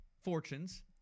fortunes